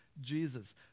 Jesus